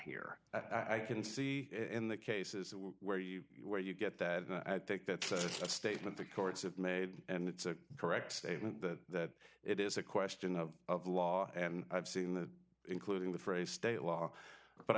here i can see in the cases where you where you get that i think that such a statement the courts have made and it's a correct statement that it is a question of of law and i've seen the including the phrase state law but